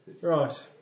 Right